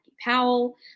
Powell